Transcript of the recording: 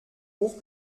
hoch